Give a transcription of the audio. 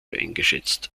eingeschätzt